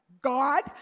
God